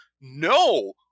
no